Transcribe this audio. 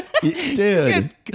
dude